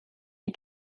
die